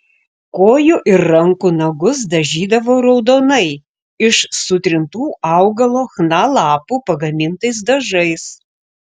kojų ir rankų nagus dažydavo raudonai iš sutrintų augalo chna lapų pagamintais dažais